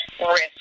risk